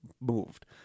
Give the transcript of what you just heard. moved